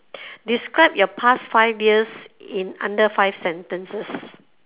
describe your past five years in under five sentences